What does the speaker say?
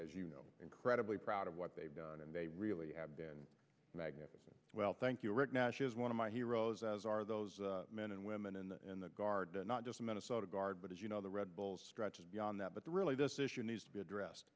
know incredibly proud of what they've done and they really have been magnificent well thank you rick nash is one of my heroes as are those men and women in the in the guard not just minnesota guard but as you know the red bulls stretches beyond that but really this issue needs to be addressed